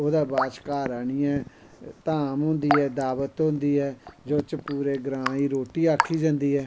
ओह्दै बाद घर आह्नियै धाम होंदी ऐ दावत होंदी ऐ जेह्दे च पूरे ग्रांऽ गी रोट्टी आक्खी जंदी ऐ